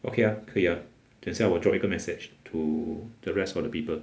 okay ah 可以 ah 等下我 drop 一个 message to the rest of the people